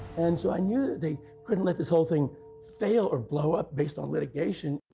and so i knew they couldn't let this whole thing fail or blow up based on litigation,